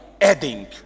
adding